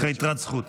יש לך יתרת זכות.